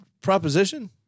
proposition